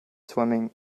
swimming